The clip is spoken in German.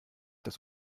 das